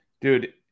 Dude